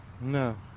No